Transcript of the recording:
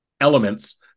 elements